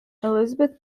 elisabeth